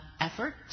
effort